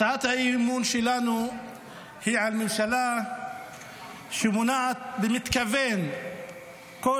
הצעת האי-אמון שלנו היא על ממשלה שמונעת במתכוון כל